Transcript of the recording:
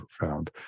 found